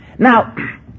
Now